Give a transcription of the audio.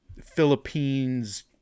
Philippines